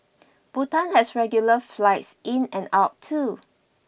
Bhutan has regular flights in and out too